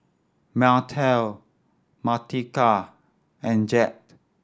Martell Martika and Jett